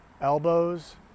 elbows